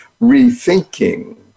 rethinking